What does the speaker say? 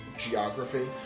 Geography